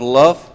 love